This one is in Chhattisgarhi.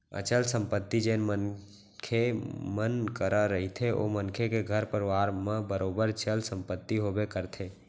अचल संपत्ति जेन मनखे मन करा रहिथे ओ मनखे के घर परवार म बरोबर चल संपत्ति होबे करथे